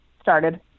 started